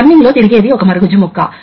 కాబట్టి ఇది ఒక ప్రత్యేకమైన వాల్వ్ దీనిని క్విక్ ఎగ్జాస్ట్ వాల్వ్ అని పిలుస్తారు ఇది అవసరం ఎందుకంటే మీరు దీనిని ఉపయోగించకపోతే న్యూమాటిక్స్లో రిటర్న్ లైన్ లేదని మీరు చూసారు కాబట్టి గాలి సాధారణంగా వాతావరణంలోకి విడుదలవుతుంది ఇప్పుడు మీరు దానిని వాతావరణానికి విడుదల చేసే ముందు ప్రశ్న ఒక యాక్యుయేటర్ అంతటా ప్రెషర్ పరంగా మంచిది ఎందుకంటే గాలి తీసుకోదు ఎందుకంటే ట్యూబింగ్ కి ఎక్కువ ప్రెషర్ తో గాలిని నడపడం అవసరం లేదు మరియు సిస్టమ్ రెస్పాన్స్ కూడా మెరుగుపడుతుంది కాబట్టి మీరు డైరెక్షన్ కంట్రోల్ వాల్వ్ వద్ద గాలిని విడుదల చేయనప్పుడు ఈ వాల్వ్స్ కొన్నిసార్లు ఉపయోగించబడతాయి కానీ క్విక్ ఎగ్జాస్ట్ వాల్వ్ ఉపయోగించి యాక్యుయేటర్